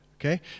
okay